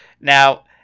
Now